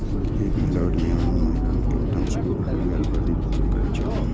एक महिला उद्यमी आनो महिला कें उद्यम शुरू करै लेल प्रेरित करै छै